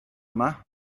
yma